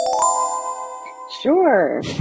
Sure